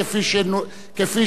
כפי